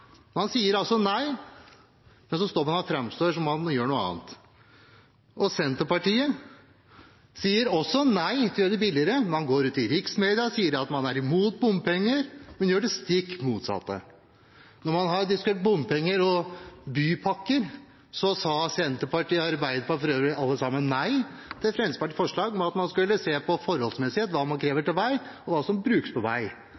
sier altså nei, men framstår som om man gjør noe annet. Senterpartiet sier også nei til å gjøre det billigere. Man går ut i riksmedia og sier at man er imot bompenger, men gjør det stikk motsatte. Da man diskuterte bompenger og bypakker, sa Senterpartiet og Arbeiderpartiet – for øvrig alle sammen – nei til Fremskrittspartiets forslag om at man skulle se på forholdsmessighet, hva man krever til vei, og hva som brukes på vei.